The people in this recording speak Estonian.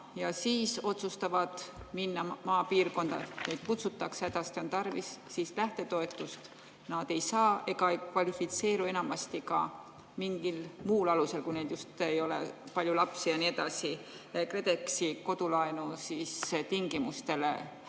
ja siis otsustavad minna maapiirkonda, neid kutsutakse sinna, sest hädasti on tarvis, siis lähtetoetust nad ei saa ega kvalifitseeru enamasti ka mingil muul alusel – kui neil just ei ole palju lapsi ja nii edasi – KredExi kodulaenutingimustele,